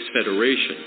Federation